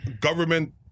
government